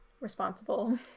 responsible